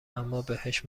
امابهش